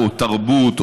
או תרבות,